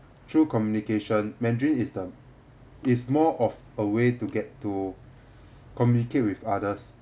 through communication mandarin is the is more of a way to get to communicate with others